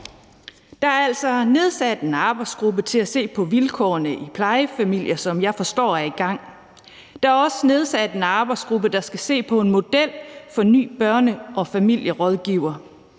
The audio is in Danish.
Der er altså nedsat en arbejdsgruppe til at se på vilkårene i plejefamilier, og den forstår jeg er i gang. Der er også nedsat en arbejdsgruppe, der skal se på en model for ny børne- og familierådgiver.